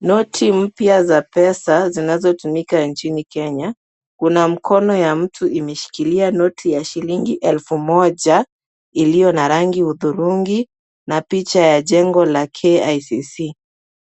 Noti mpya za pesa zinazotumika nchini Kenya. Kuna mkono ya mtu imeshikilia noti ya shilingi elfu moja iliyo na rangi hudhurungi na picha ya jengo la KICC